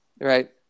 Right